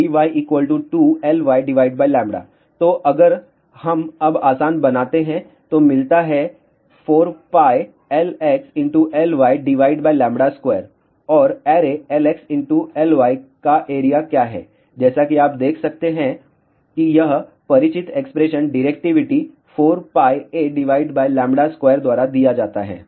तो अगर हम अब आसान बनाते हैं तो मिलता है 4πLx Lyλ2 और ऐरे Lx Ly का एरिया क्या है जैसा कि आप देख सकते हैं कि यह परिचित एक्सप्रेशन डिरेक्टिविटी 4πAλ2 द्वारा दिया जाता है